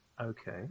Okay